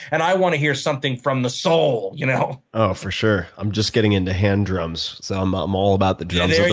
and i want to hear something from the soul, you know? oh, for sure. i'm just getting into hand drums so i'm um all about the drums